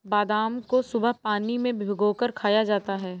बादाम को सुबह पानी में भिगोकर खाया जाता है